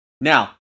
Now